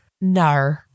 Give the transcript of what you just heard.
No